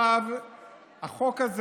החוק הזה